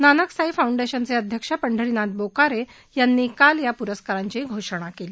नानक साई फाउंडेशनचे अध्यक्ष पंढरीनाथ बोकारे यांनी काल या पुरस्कारांची घोषणा केली